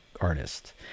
artist